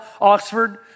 Oxford